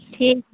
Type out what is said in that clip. ठीक